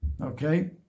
Okay